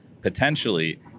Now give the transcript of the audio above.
potentially